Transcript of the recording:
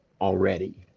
already